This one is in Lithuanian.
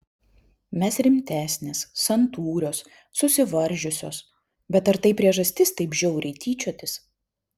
mes rimtesnės santūrios susivaržiusios bet ar tai priežastis taip žiauriai tyčiotis